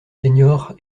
seniors